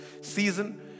season